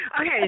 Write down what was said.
okay